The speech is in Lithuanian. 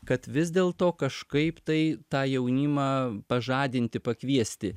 kad vis dėl to kažkaip tai tą jaunimą pažadinti pakviesti